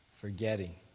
Forgetting